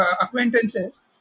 acquaintances